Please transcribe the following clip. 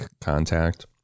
contact